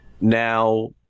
now